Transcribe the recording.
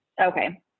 Okay